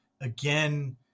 again